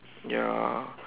ya